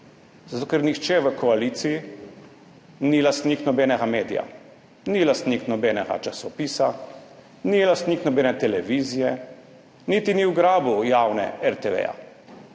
Zato ker nihče v koaliciji ni lastnik nobenega medija, ni lastnik nobenega časopisa, ni lastnik nobene televizije niti ni ugrabil javne RTV.